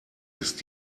ist